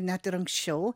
net ir anksčiau